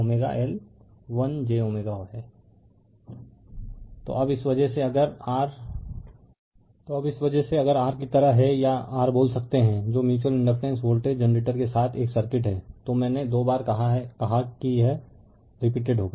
refer slide time 2909 तो अब इस वजह से अगर r की तरह है या r बोल सकते है जो म्यूच्यूअल इंडकटेंस वोल्टेज जनरेटर के साथ एक सर्किट है तो मैंने दो बार कहा कि यह रिपीटेड होगा